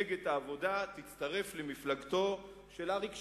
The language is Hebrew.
שמפלגת העבודה תצטרף למפלגתו של אריק שרון.